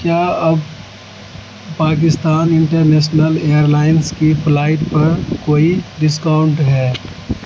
کیا اب Pakistan international airlines کی فلائٹ پر کوئی ڈسکاؤنٹ ہے